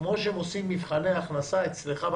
כמו שהם עושים מבחני הכנסה אצלך,